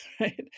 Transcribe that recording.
right